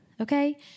Okay